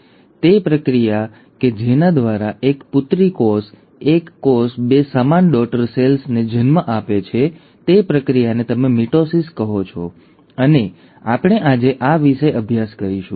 હવે તે પ્રક્રિયા કે જેના દ્વારા એક પુત્રી કોષ એક કોષ બે સમાન ડૉટર સેલ્સને જન્મ આપે છે તે પ્રક્રિયાને તમે મિટોસિસ કહો છો અને આપણે આજે આ વિશે અભ્યાસ કરીશું